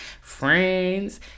friends